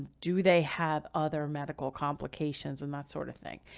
do they have other medical complications and that sort of thing.